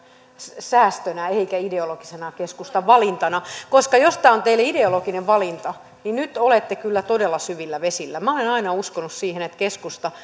säästönä eikä ideologisena keskustan valintana jos tämä on teille ideologinen valinta niin nyt olette kyllä todella syvillä vesillä minä olen aina uskonut siihen että keskusta